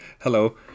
Hello